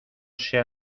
sea